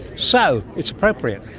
so, it's appropriate.